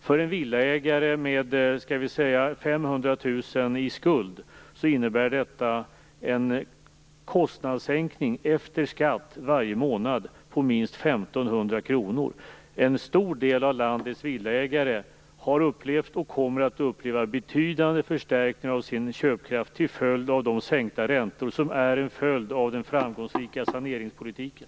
För en villaägare med skall vi säga 500 000 kr i skuld innebär detta en kostnadssänkning efter skatt varje månad på minst 1 500 kr. En stor del av landets villaägare har upplevt och kommer att uppleva betydande förstärkningar av sin köpkraft till följd av de sänkta räntor som är en följd av den framgångsrika saneringspolitiken.